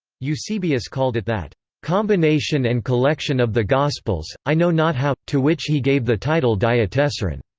eusebius called it that combination and collection of the gospels, i know not how, to which he gave the title diatessaron.